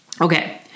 Okay